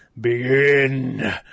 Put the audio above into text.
begin